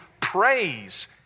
praise